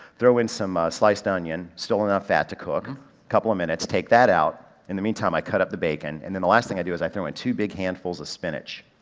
throw in some sliced onion, still enough fat to cook, a couple of minutes, take that out, in the meantime i cut up the bacon and then the last thing i do is i throw in two big handfuls of spinach.